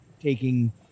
taking